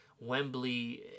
Wembley